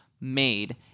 made